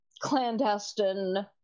clandestine